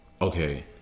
okay